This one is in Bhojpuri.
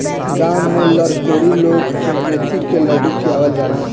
गांव में लरकोरी लोग के मेथी के लड्डू खियावल जाला